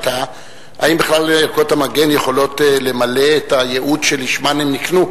האם בכלל ערכות המגן יכולות למלא את הייעוד שלשמן הן נקנו.